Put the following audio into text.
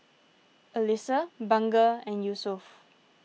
Alyssa Bunga and Yusuf